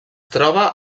troba